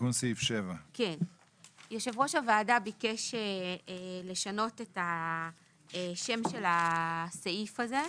תיקון סעיף 7. יושב ראש הוועדה ביקש לשנות את השם של הסעיף הזה,